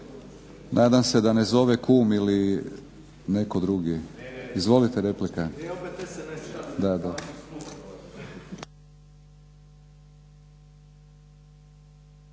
Nadam se da ne zove kum ili neki drugi. Izvolite replika.